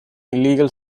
illegal